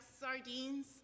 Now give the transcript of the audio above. sardines